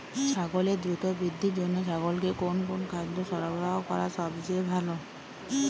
ছাগলের দ্রুত বৃদ্ধির জন্য ছাগলকে কোন কোন খাদ্য সরবরাহ করা সবচেয়ে ভালো?